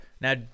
now